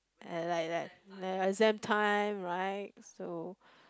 and like like then at the same time right so